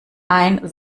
ein